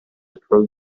approved